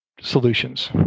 solutions